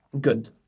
good